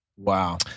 Wow